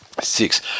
Six